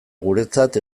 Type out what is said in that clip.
guretzat